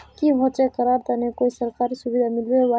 की होचे करार तने कोई सरकारी सुविधा मिलबे बाई?